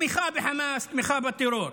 תמיכה בחמאס, תמיכה בטרור.